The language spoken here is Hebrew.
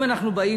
אם אנחנו באים,